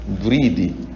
greedy